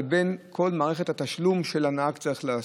לבין כל מערכת התשלום שהנהג צריך לעשות.